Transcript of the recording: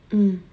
mm